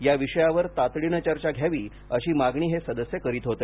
या विषयावर तातडीनं चर्चा घ्यावी अशी मागणी हे सदस्य करीत होते